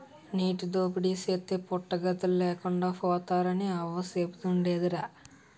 నీటి దోపిడీ చేస్తే పుట్టగతులు లేకుండా పోతారని అవ్వ సెబుతుండేదిరా